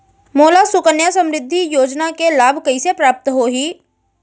मोला सुकन्या समृद्धि योजना के लाभ कइसे प्राप्त होही?